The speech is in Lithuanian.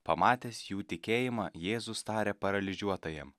pamatęs jų tikėjimą jėzus tarė paralyžiuotajam